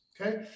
okay